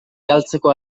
galtzeko